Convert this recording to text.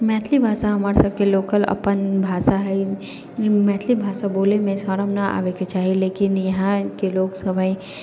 मैथिली भाषा हमर सभके लोकल अपन भाषा है मैथिली भाषा बोलैमे शर्म नहि आबैके चाही लेकिन यहाँके लोक सभ है